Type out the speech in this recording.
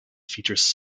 features